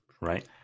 Right